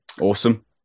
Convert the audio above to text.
awesome